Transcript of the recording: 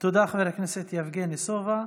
תודה, חבר הכנסת יבגני סובה.